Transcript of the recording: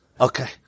Okay